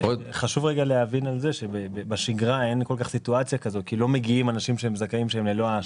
חשוב רגע להבין את זה שבשגרה אין כל כך סיטואציה כזאת,